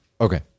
okay